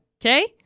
Okay